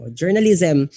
journalism